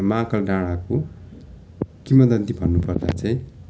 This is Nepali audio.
महाकाल डाँडाको किंवदन्ती भन्नु पर्दा चाहिँ